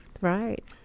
right